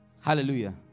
Hallelujah